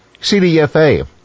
CDFA